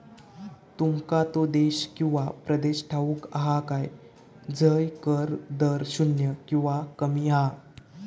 तुमका तो देश किंवा प्रदेश ठाऊक हा काय झय कर दर शून्य किंवा कमी हा?